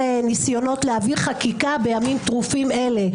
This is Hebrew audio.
ניסיונות להביא חקיקה בימים טרופים אלה?